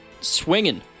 Swinging